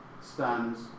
stands